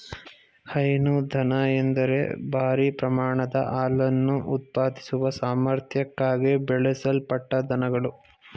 ಹೈನು ದನ ಎಂದರೆ ಭಾರೀ ಪ್ರಮಾಣದ ಹಾಲನ್ನು ಉತ್ಪಾದಿಸುವ ಸಾಮರ್ಥ್ಯಕ್ಕಾಗಿ ಬೆಳೆಸಲ್ಪಟ್ಟ ದನಗಳು